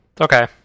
Okay